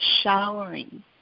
showering